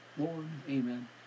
Amen